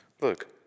Look